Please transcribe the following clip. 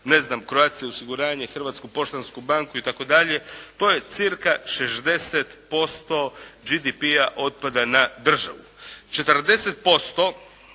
ne znam Croatia osiguranje, Hrvatsku poštansku banku itd. to je cca 60% GDP-a otpada na državu. 40%